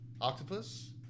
octopus